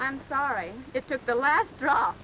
i'm sorry it took the last drop